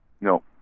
No